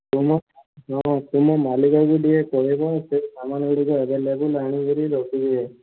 ତୁମ ତୁମ ମାଲିକକୁ ଟିକେ କହିବ ସେ ସାମାନ ଗୁଡ଼ିକ ଅଭେଲେବୁଲ ନାହିଁ ବୋଲି ରଖିବେ